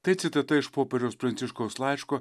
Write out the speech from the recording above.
tai citata iš popiežiaus pranciškaus laiško